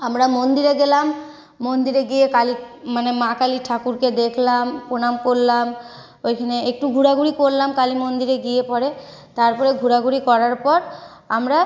আমরা মন্দিরে গেলাম মন্দিরে গিয়ে কালী মানে মা কালী ঠাকুরকে দেখলাম প্রণাম করলাম ওইখানে একটু ঘুরাঘুরি করলাম কালী মন্দিরে গিয়ে পরে তারপরে ঘুরাঘুরি করার পর আমরা